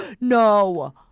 no